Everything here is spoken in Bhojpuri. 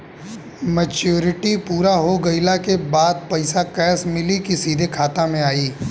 मेचूरिटि पूरा हो गइला के बाद पईसा कैश मिली की सीधे खाता में आई?